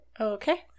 Okay